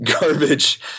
garbage